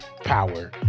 power